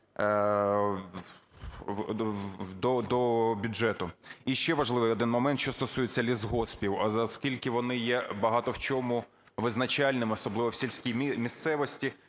до бюджету. І ще важливий один момент, що стосується лісгоспів, оскільки вони є багато в чому визначальними, особливо в сільській місцевості.